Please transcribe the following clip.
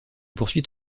poursuit